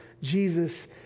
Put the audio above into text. Jesus